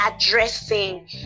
addressing